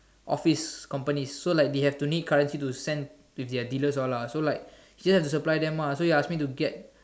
office company so like they have to need currency to send with their dealers all lah so like he does to supply them lah so he ask me to get